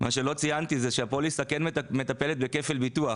מה שלא ציינתי זה שהפוליסה כן מטפלת בכפל ביטוח,